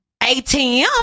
ATM